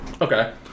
Okay